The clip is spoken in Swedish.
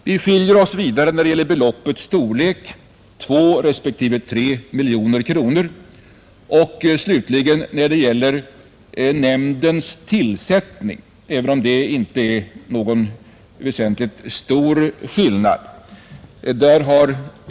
Vi skiljer oss vidare när det gäller beloppets storlek — 2 respektive 3 miljoner kronor — och slutligen när det gäller nämndens sammansättning, även om det inte är någon stor och väsentlig skillnad där.